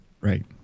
right